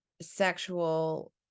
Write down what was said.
sexual